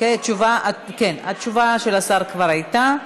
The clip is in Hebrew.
התשובה של השר כבר הייתה.